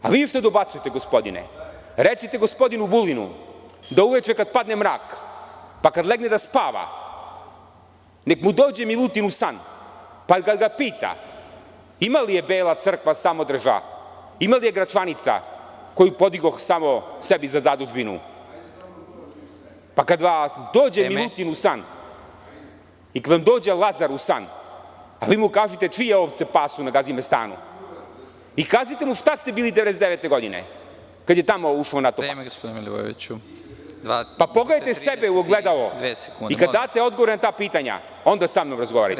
Gospodine što dobacujete, recite gospodinu Vulinu da uveče kad padne mrak, pa kad legne da spava, nek mu dođe Milutin u san pa kad ga pita – ima li je Bela crkva Samodreža, ima li je Gračanica koju podigoh samom sebi za zadužbinu, pa kad vam dođe Milutin u san, ili kad vam dođe Lazar u san, a vi mu kažite čije ovce pasu na Gazimestanu i kažite mu šta ste bili 1999. godine. (Predsednik: Vreme, gospodine Milivojeviću.) Pogledajte sebe u ogledalo i kad date odgovore na ta pitanja, onda sa mnom razgovarajte.